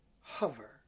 hover